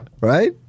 Right